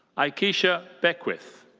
aikisha beckwith.